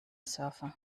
server